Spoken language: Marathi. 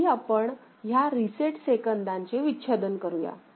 आधी आपण ह्या या रिसेट सेकंदाचे विच्छेदन करूया